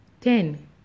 ten